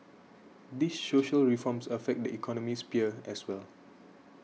these social reforms affect the economic sphere as well